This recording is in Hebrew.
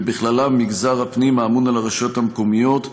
ובכללם מגזר הפנים, האמון על הרשויות המקומיות.